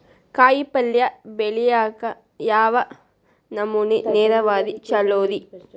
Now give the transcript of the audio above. ಕಾಯಿಪಲ್ಯ ಬೆಳಿಯಾಕ ಯಾವ ನಮೂನಿ ನೇರಾವರಿ ಛಲೋ ರಿ?